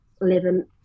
living